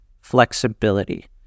flexibility